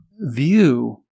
view